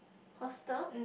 hostel